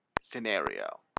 scenario